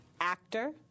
actor